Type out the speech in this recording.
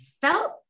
felt